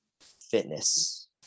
fitness